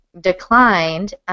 declined